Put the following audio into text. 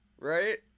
right